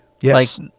Yes